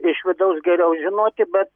iš vidaus geriau žinoti bet